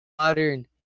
Modern